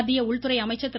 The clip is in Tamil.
மத்திய உள்துறை அமைச்சர் திரு